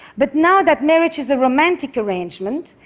but now that marriage is a romantic arrangement,